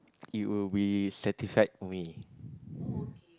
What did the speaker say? it will be satisfied for me